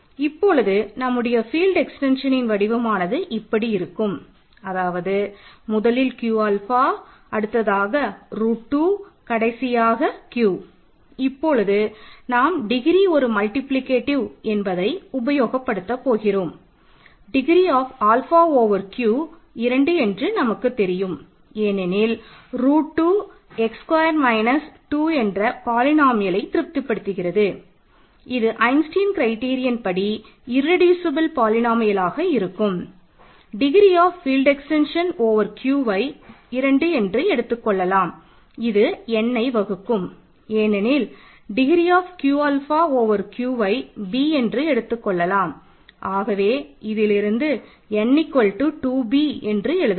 இப்பொழுது நம்முடைய ஃபீல்ட் எக்ஸ்டென்ஷன்னின் Qவை b என்று எடுத்துக்கொள்ளலாம் ஆகவே இதிலிருந்து n 2b என்று எழுதலாம்